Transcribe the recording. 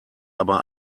aber